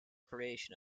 creation